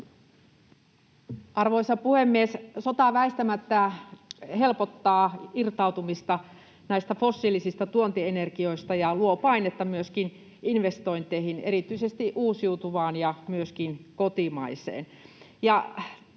Arvoisa puhemies! Sota väistämättä helpottaa irtautumista näistä fossiilisista tuontienergioista ja luo painetta myöskin investointeihin, erityisesti uusiutuvaan, myöskin kotimaiseen.